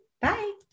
bye